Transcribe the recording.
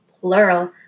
plural